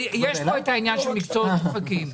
יש כאן את העניין של מקצועות שוחקים.